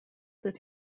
that